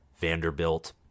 Vanderbilt